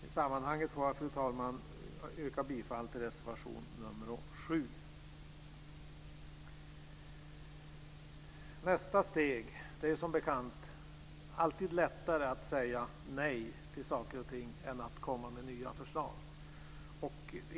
I sammanhanget yrkar jag bifall till reservation nr Det är som bekant alltid lättare att säga nej till saker och ting än att komma med nya förslag.